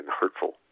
hurtful